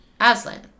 Aslan